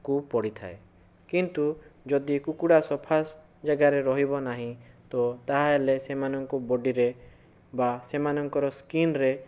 କୁ ପଡ଼ିଥାଏ କିନ୍ତୁ ଯଦି କୁକୁଡ଼ା ସଫା ଜାଗାରେ ରହିବ ନାହିଁ ତ ତାହେଲେ ସେମାନଙ୍କ ବଡ଼ିରେ ବା ସେମାନଙ୍କର ସ୍କିନରେ